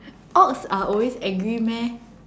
ox are always angry meh